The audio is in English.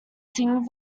singing